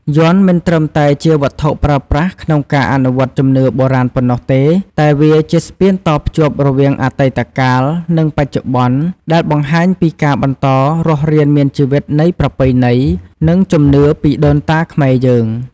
យ័ន្តមិនត្រឹមតែជាវត្ថុប្រើប្រាស់ក្នុងការអនុវត្តជំនឿបុរាណប៉ុណ្ណោះទេ តែវាជា ស្ពានតភ្ជាប់រវាងអតីតកាល និងបច្ចុប្បន្ន ដែលបង្ហាញពីការបន្តរស់រានមានជីវិតនៃប្រពៃណី និងជំនឿពីដូនតាខ្មែរយើង។